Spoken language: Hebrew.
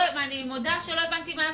מודה שלא הבנתי מה עשיתם.